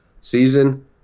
season